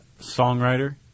songwriter